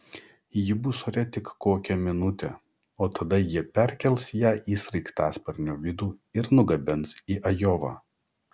ji bus ore tik kokią minutę o tada jie perkels ją į sraigtasparnio vidų ir nugabens į ajovą